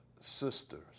sisters